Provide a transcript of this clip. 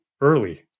early